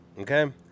Okay